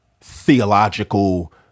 theological